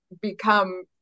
become